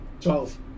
Twelve